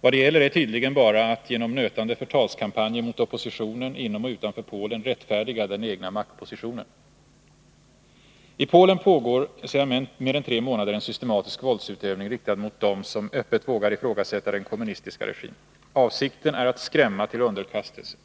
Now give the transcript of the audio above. Vad det gäller är tydligen bara att genom nötande förtalskampanjer mot oppositionen inom och utanför Polen rättfärdiga den egna maktpositionen. I Polen pågår sedan mer än tre månader en systematisk våldsutövning riktad mot dem som öppet vågar ifrågasätta den kommunistiska regimen. Avsikten är att skrämma till underkastelse.